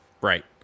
Right